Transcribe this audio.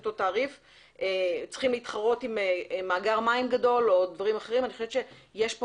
תעריף וצריכים להתחרות עם מאגר מים גדול או דברים אחרים יש פה